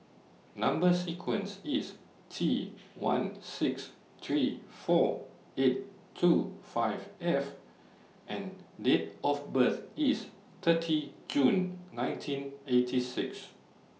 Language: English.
Number sequence IS T one six three four eight two five F and Date of birth IS thirty June nineteen eighty six